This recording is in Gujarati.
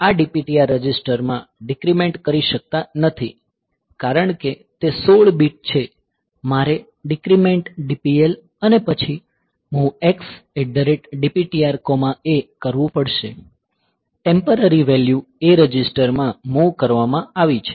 આપણે આ DPTR રજિસ્ટરમાં ડીક્રીમેંટ કરી શકતા નથી કારણ કે તે 16 બીટ છે મારે DEC DPL અને પછી MOVX DPTRA કરવું પડશે ટેમ્પરરી વેલ્યુ A રજિસ્ટર માં મૂવ કરવામાં આવ્યું છે